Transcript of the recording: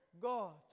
god